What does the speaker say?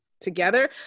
together